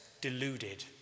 deluded